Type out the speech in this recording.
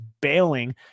bailing